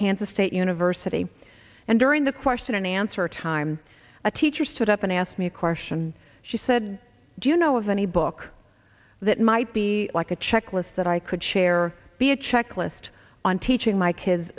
kansas state university and during the question and answer time a teacher stood up and asked me a question she said do you know of any book that might be like a checklist that i could share be a checklist on teaching my kids